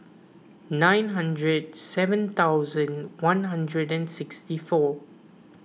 nine hundred seven thousand one hundred and sixty four